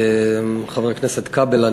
חבר הכנסת כבל,